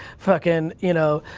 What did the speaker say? fuckin', you know,